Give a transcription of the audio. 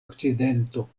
okcidento